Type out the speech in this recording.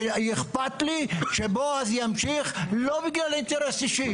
ואכפת לי שבועז ימשיך, לא בגלל אינטרס אישי.